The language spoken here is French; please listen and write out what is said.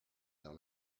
vers